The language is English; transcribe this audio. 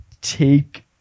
take